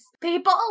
people